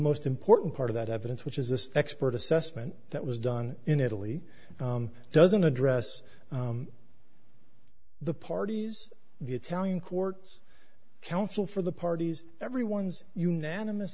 most important part of that evidence which is this expert assessment that was done in italy doesn't address the parties the italian courts counsel for the parties everyone's unanimous